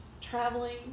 traveling